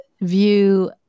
view